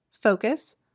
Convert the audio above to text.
focus